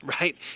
right